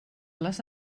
les